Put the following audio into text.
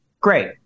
great